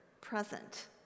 present